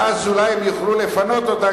ואז אולי הם יוכלו לפנות אותה,